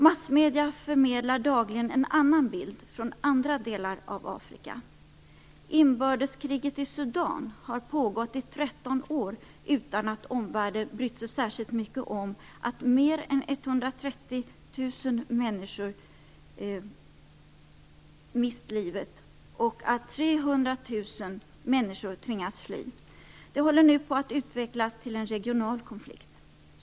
Massmedierna förmedlar dagligen en annan bild från andra delar av Inbördeskriget i Sudan har pågått i 13 år utan att omvärlden har brytt sig särskilt mycket om att mer än 130 000 människor mist livet och att 300 000 människor har tvingats att fly. Det håller nu på att utvecklas till en regional konflikt.